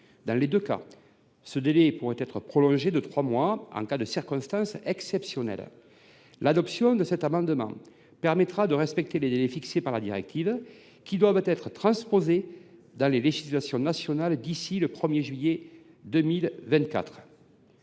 soit d’un an. Ce délai pourrait être prolongé de trois mois en cas de circonstances exceptionnelles. L’adoption de cet amendement permettra de respecter les délais fixés par la directive, qui devaient être transposés en législation nationale avant le 1 juillet 2024.